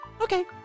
Okay